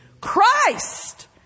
Christ